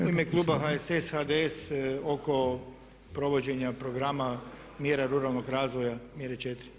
U ime kluba HSS-a, HDS oko provođenja programa mjera ruralnog razvoja, mjere 4.